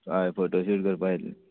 हय फोटोशूट करपाक येत्ले